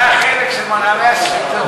זה החלק של מנעמי השלטון.